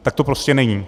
Tak to prostě není.